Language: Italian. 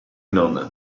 nonna